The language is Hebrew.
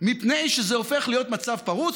מפני שזה הופך להיות מצב פרוץ,